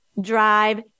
drive